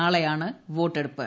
നാളെയാണ് വോട്ടെടുപ്പ്